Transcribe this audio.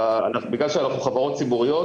שבגלל שאנחנו חברות ציבוריות,